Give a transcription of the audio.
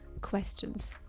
questions